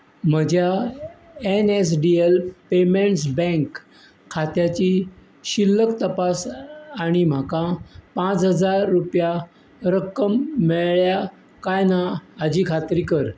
म्हज्या N S D L payments bank खात्याची शिल्लक तपास आनी म्हाका पांच हजार रुपया रक्कम मेळ्ळ्या काय ना हाची खात्री कर